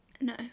No